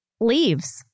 leaves